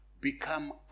become